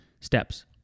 steps